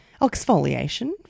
Exfoliation